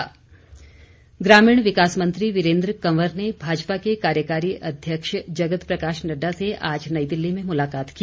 मुलाकात ग्रामीण विकास मंत्री वीरेन्द्र कंवर ने भाजपा के कार्यकारी अध्यक्ष जगत प्रकाश नड्डा से आज नई दिल्ली में मुलाकात की